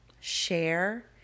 share